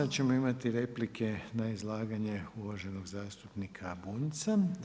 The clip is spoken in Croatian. Sad ćemo imati replike na izlaganje uvaženog zastupnika Bunjca.